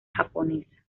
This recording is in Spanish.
japonesa